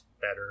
better